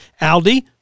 Aldi